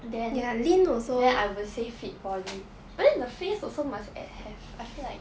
then then I will say fit body but then the face also must have I feel like